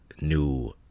new